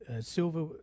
Silver